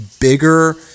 bigger